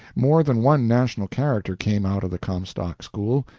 more than one national character came out of the comstock school.